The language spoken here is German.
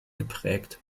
geprägt